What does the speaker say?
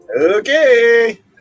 Okay